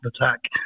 attack